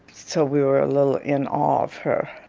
so we were a little in of her